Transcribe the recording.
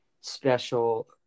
special